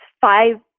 five